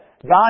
God